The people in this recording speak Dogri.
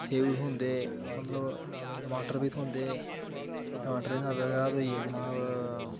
स्यौ थ्होंदे मतलब टमाटर बी थ्होंदे टमाटरें शा बगैर होइयै जनाब